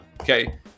okay